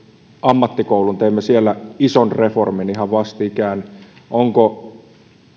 ammattikoulun teimme siellä ison reformin ihan vastikään ja onko